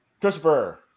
Christopher